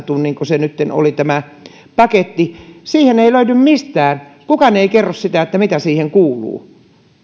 tunninko se nytten oli paketti siihen ei löydy vastausta mistään kukaan ei kerro sitä mitä siihen kuuluu